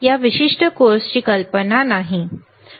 या विशिष्ट कोर्सची कल्पना नाही ठीक आहे